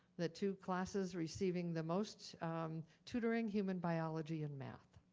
the two classes receiving the most tutoring, human biology and math.